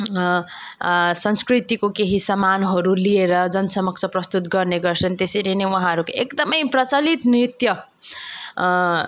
संस्कृतिको केही सामानहरू लिएर जन समक्ष प्रस्तुत गर्ने गर्छन् त्यसरी नै उहाँहरूको एकदम प्रचलित नृत्य